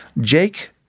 Jake